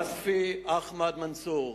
וספי אחמד מנסור,